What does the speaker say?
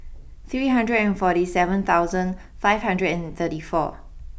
three hundred and forty seven thousand five hundred and thirty four